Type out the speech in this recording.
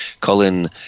Colin